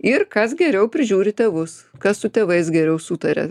ir kas geriau prižiūri tėvus kas su tėvais geriau sutaria